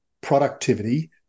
productivity